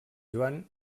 joan